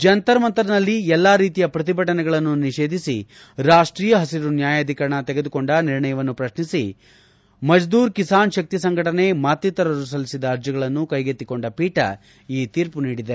ಜಂತರ್ ಮಂತರ್ನಲ್ಲಿ ಎಲ್ಲಾ ರೀತಿಯ ಪ್ರತಿಭಟನೆಗಳನ್ನು ನಿಷೇಧಿಸಿ ರಾಷ್ಟೀಯ ಹಸಿರು ನ್ಯಾಯಾಧೀಕರಣ ತೆಗೆದುಕೊಂಡಿರುವ ನಿರ್ಣಯವನ್ನು ಪ್ರತ್ನಿಸಿ ಮಜ್ದೂರ್ ಕಿಸಾನ್ ಶಕ್ತಿ ಸಂಘಟನೆ ಮತ್ತಿತರರು ಸಲ್ಲಿಸಿದ್ದ ಅರ್ಜಿಗಳನ್ನು ಕ್ಷೆಗೆತ್ತಿಕೊಂಡ ಪೀಠ ಈ ತೀರ್ಮ ನೀಡಿದೆ